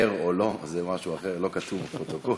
ער או לא זה משהו אחר, לא קשור לפרוטוקול.